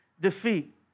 defeat